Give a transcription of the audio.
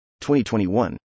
2021